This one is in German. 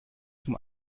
zum